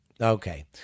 okay